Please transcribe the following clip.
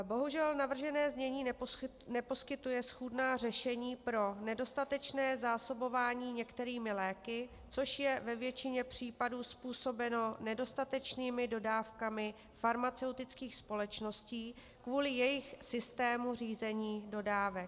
Bohužel navržené znění neposkytuje schůdná řešení pro nedostatečné zásobování některými léky, což je ve většině případů způsobeno nedostatečnými dodávkami farmaceutických společností kvůli jejich systému řízení dodávek.